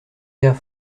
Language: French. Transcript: gars